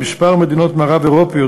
בכמה מדינות מערב-אירופיות,